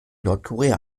nordkorea